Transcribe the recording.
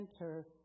enter